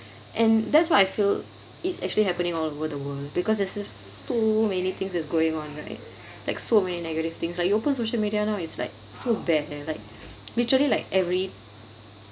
and that's what I feel it's actually happening all over the world because there's just so many things is going on right like so many negative things like you open social media now it's like so bad leh like literally like every